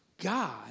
God